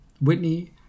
Whitney